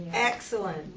Excellent